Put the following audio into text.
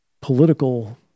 political